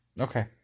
Okay